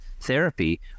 therapy